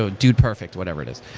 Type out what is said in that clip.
ah dude perfect, whatever it is.